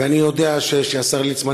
ואני יודע שהשר ליצמן,